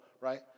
right